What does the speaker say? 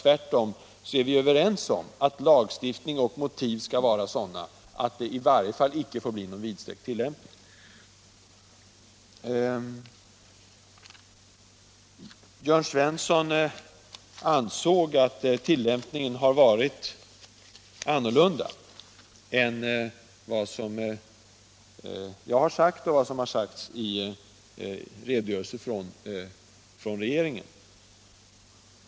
Tvärtom är vi överens om att lagstiftning och motiv skall vara sådana att det i varje fall icke får bli någon vidsträckt tillämpning. Jörn Svensson ansåg att tillämpningen har varit annorlunda än vad jag gjort gällande och än vad som framgår av regeringens redogörelse.